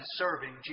serving